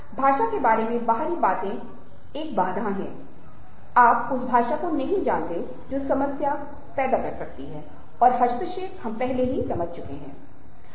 भाषा के बारे में बाहरी बातें एक बाधा है आप उस भाषा को नहीं जानते हैं जो समस्या का शोर पैदा कर सकती है और हस्तक्षेप हम पहले ही समझ चुके हैं